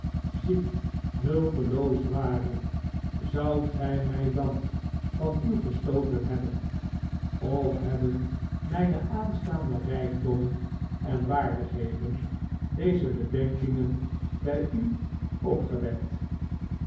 ziek hulpeloos ware zoudt gij mij dan van u gestooten hebben of hebben mijne aanstaande rijkdommen en waardigheden deze bedenkingen bij u opgewekt